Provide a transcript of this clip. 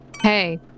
Hey